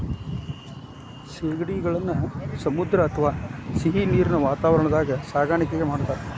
ಸೇಗಡಿಗಳನ್ನ ಸಮುದ್ರ ಅತ್ವಾ ಸಿಹಿನೇರಿನ ವಾತಾವರಣದಾಗ ಸಾಕಾಣಿಕೆ ಮಾಡ್ತಾರ